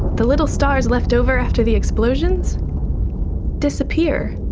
the little stars left over after the explosions disappear.